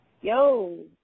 Yo